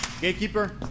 Gatekeeper